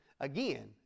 again